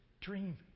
dream